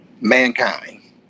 Mankind